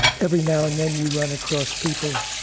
every now and then, you run across people